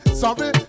sorry